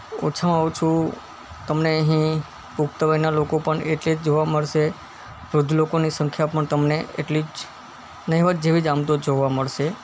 ઓછામાં ઓછું તમને અહીં પુખ્ત વયનાં લોકો પણ એટલે જ જોવા મળશે વૃદ્ધ લોકોની સંખ્યા પણ તમને એટલી જ નહીંવત્ જેવી જ આમ તો જોવા મળશે